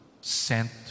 sent